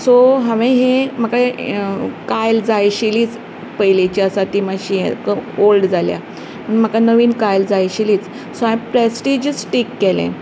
so हांवें हें म्हाका हें कायल जाय आशिल्लीच पयलिची आसा ती म्हाजी एक ओल्ड जाल्या म्हाका नवीन कायल जाय आशिल्लीच सो हांवें प्रेस्टिजच टीक केलें